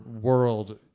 world